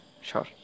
sure